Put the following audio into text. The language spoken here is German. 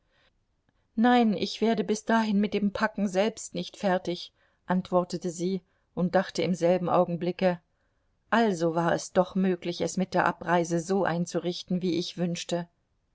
nein ich werde bis dahin mit dem packen selbst nicht fertig antwortete sie und dachte im selben augenblicke also war es doch möglich es mit der abreise so einzurichten wie ich wünschte